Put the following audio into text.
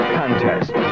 contest